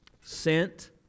sent